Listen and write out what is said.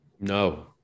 No